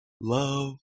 love